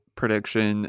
prediction